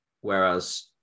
Whereas